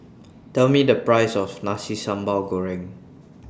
Tell Me The Price of Nasi Sambal Goreng